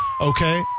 Okay